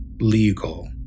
legal